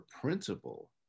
principle